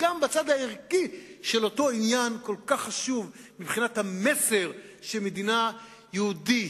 גם בצד הערכי של אותו עניין כל כך חשוב מבחינת המסר של מדינה יהודית,